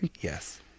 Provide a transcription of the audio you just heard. Yes